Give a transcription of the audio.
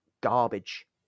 garbage